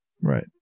right